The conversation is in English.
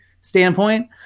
standpoint